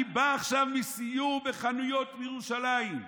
אני בא עכשיו מסיור בחנויות בירושלים,